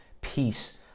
peace